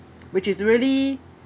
which is really